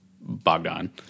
Bogdan